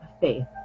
faith